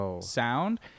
sound